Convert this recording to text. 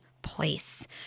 place